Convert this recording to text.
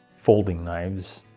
folding knives,